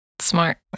smart